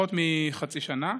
פחות מחצי שנה,